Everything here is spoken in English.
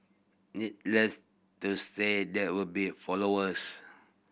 needless to say there will be followers